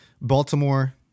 Baltimore